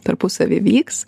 tarpusavy vyks